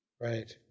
Right